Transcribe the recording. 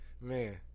man